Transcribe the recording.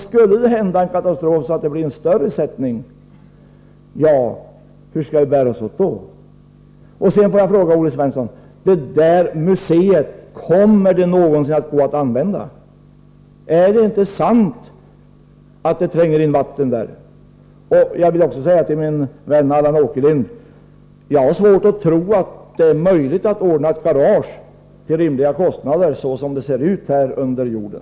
Skulle det hända en katastrof, så att det blir en större sättning, hur skall vi då bära oss åt? Får jag sedan fråga Olle Svensson: Det där museet — kommer det någonsin att gå att använda? Är det inte sant att det tränger in vatten där? Jag vill också säga till min vän Allan Åkerlind: Jag har svårt att tro att det är möjligt att ordna ett garage till rimliga kostnader, såsom det ser ut här under jorden.